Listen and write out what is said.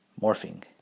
morphing